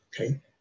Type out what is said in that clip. Okay